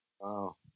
Wow